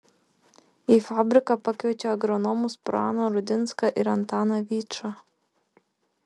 į fabriką pakviečia agronomus praną rudinską ir antaną vyčą